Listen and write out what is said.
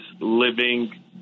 living